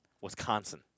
Wisconsin